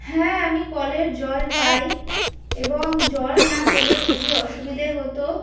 হ্যাঁ আমি কলের জল পাই এবং জল না পেলে খুবই অসুবিধে হতো